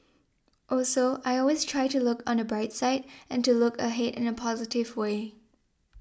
also I always try to look on the bright side and to look ahead in a positive way